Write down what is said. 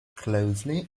closely